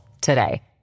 today